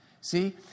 See